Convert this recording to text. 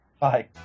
Bye